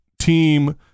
team